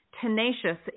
tenacious